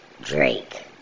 Drake